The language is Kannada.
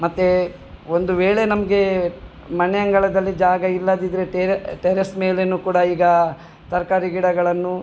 ಮತ್ತು ಒಂದು ವೇಳೆ ನಮಗೆ ಮನೆ ಅಂಗಳದಲ್ಲಿ ಜಾಗ ಇಲ್ಲದಿದ್ದರೆ ಟೆರೆಸ್ ಮೇಲೆನು ಕೂಡ ಈಗ ತರಕಾರಿ ಗಿಡಗಳನ್ನು